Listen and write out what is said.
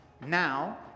Now